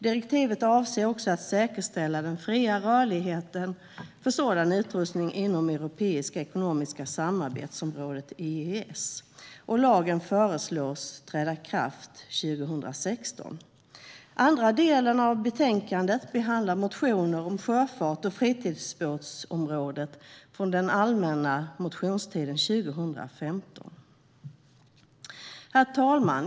Direktivet avser också att säkerställa den fria rörligheten för sådan utrustning inom Europeiska ekonomiska samarbetsområdet, EES. Lagen föreslås träda i kraft 2016. Andra delen av betänkandet behandlar motioner om sjöfart och fritidsbåtområdet från den allmänna motionstiden 2015. Herr talman!